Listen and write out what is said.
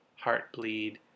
Heartbleed